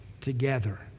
together